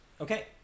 Okay